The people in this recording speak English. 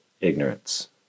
ignorance